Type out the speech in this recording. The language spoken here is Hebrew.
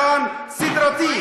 שקרן סדרתי.